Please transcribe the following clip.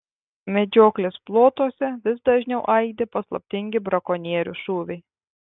medžioklės plotuose vis dažniau aidi paslaptingi brakonierių šūviai